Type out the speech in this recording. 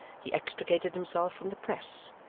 he extricated himself from the press,